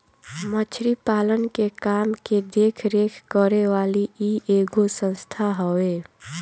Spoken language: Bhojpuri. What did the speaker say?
मछरी पालन के काम के देख रेख करे वाली इ एगो संस्था हवे